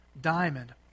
diamond